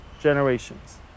generations